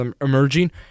emerging